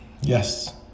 yes